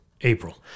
April